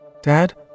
Dad